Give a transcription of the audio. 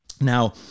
Now